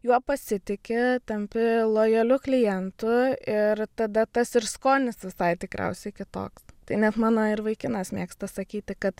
juo pasitiki tampi lojaliu klientu ir tada tas ir skonis visai tikriausiai kitoks tai net mano ir vaikinas mėgsta sakyti kad